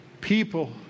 people